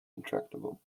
intractable